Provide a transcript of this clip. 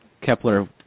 Kepler